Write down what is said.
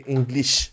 English